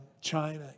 China